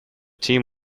team